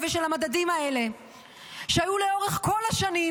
ושל המדדים האלה שהיו לאורך כל השנים,